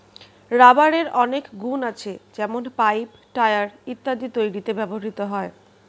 রাবারের অনেক গুন আছে যেমন পাইপ, টায়র ইত্যাদি তৈরিতে ব্যবহৃত হয়